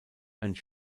und